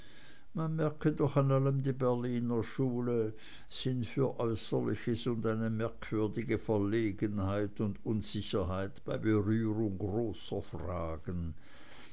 man merke doch an allem die berliner schule sinn für äußerliches und eine merkwürdige verlegenheit und unsicherheit bei berührung großer fragen